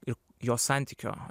ir jo santykio